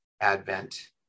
advent